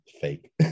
fake